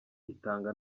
itanga